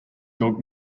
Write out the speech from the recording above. dog